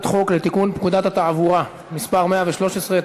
חוק לתיקון פקודת התעבורה (מס' 113),